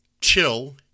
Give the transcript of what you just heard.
chill